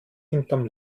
hinterm